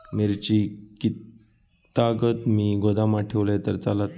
मिरची कीततागत मी गोदामात ठेवलंय तर चालात?